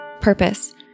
purpose